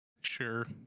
Sure